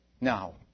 Now